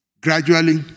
Gradually